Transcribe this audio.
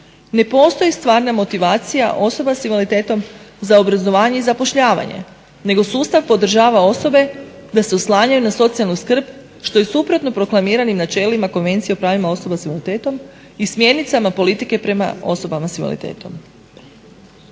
ne postoji stvarna motivacija osoba s invaliditetom za obrazovanje i zapošljavanje, nego sustav podržava osobe da se oslanjaju na socijalnu skrb što je suprotno proklamiranim načelima Konvencije o pravima osoba s invaliditetom i smjernicama politike prema osobama sa invaliditetom.